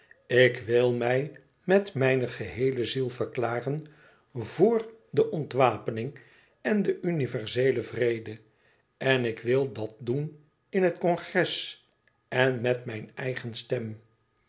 ik wil mij met mijne geheele ziel verklaren vr de ontwapening en den universeelen vrede en ik wil dat doen in het congres en met mijn eigen stem